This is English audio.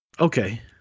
Okay